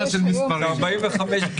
45,